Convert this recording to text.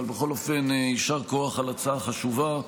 אבל בכל אופן יישר כוח על הצעה חשובה.